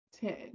ten